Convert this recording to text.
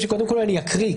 קודם כול אקריא,